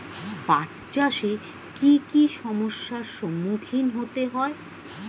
পাঠ চাষে কী কী সমস্যার সম্মুখীন হতে হয়?